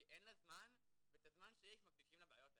כי אין לה זמן, ואת הזמן שיש מקדישים לבעיות האלה.